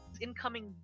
incoming